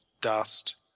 dust